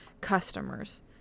customers